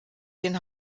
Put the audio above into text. den